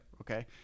Okay